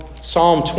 Psalm